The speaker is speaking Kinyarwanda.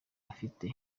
afite